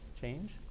change